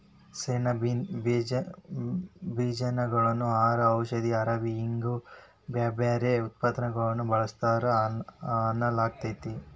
ಸೆಣಬಿನ ಬೇಜಗಳನ್ನ ಆಹಾರ, ಔಷಧಿ, ಅರವಿ ಹಿಂಗ ಬ್ಯಾರ್ಬ್ಯಾರೇ ಉತ್ಪನ್ನಗಳಲ್ಲಿ ಬಳಸ್ತಾರ ಅನ್ನಲಾಗ್ತೇತಿ